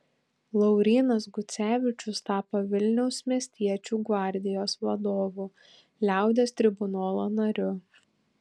laurynas gucevičius tapo vilniaus miestiečių gvardijos vadovu liaudies tribunolo nariu